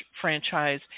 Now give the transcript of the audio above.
franchise